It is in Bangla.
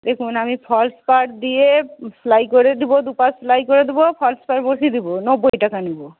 দেখুন আমি ফলস পাড় দিয়ে সেলাই করে দেব দু পাশ সেলাই করে দেব ফলস পাড় বসিয়ে দেব নব্বই টাকা নেব